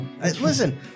Listen